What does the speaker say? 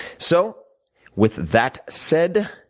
so with that said,